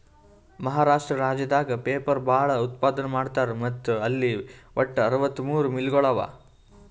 ಮಹಾರಾಷ್ಟ್ರ ರಾಜ್ಯದಾಗ್ ಪೇಪರ್ ಭಾಳ್ ಉತ್ಪಾದನ್ ಮಾಡ್ತರ್ ಮತ್ತ್ ಅಲ್ಲಿ ವಟ್ಟ್ ಅರವತ್ತಮೂರ್ ಮಿಲ್ಗೊಳ್ ಅವಾ